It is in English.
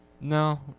No